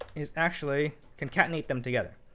is actually concatenate them together.